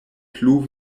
plu